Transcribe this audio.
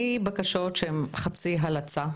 מבקשות שהן חצי הלצה,